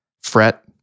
fret